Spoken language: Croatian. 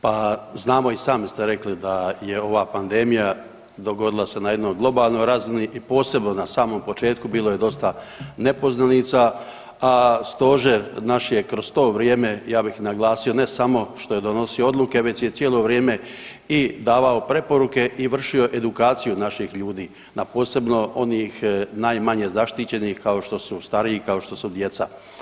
Pa znamo i sami ste rekli da je ova pandemija dogodila se na jednoj globalnoj razini i posebno na samom početku bilo je dosta nepoznanica, a Stožer naš je kroz to vrijeme, ja bih naglasio, ne samo što je donosio odluke već je cijelo vrijeme i davao preporuke i vršio edukaciju naših ljudi na posebno onih najmanje zaštićenih, kao što su stariji, kao što su djeca.